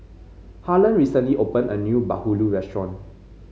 Harland recently opened a new bahulu restaurant